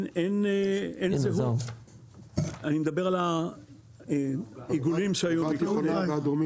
אני מדבר על העיגולים שהיו בכחול,